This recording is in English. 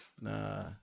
nah